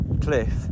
cliff